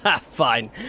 fine